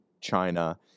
China